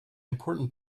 important